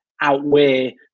outweigh